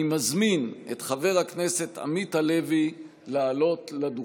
אני מזמין את חבר הכנסת עמית הלוי לעלות לדוכן,